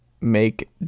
make